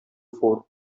four